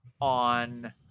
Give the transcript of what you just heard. on